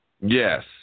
Yes